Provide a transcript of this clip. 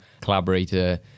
collaborator